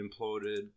imploded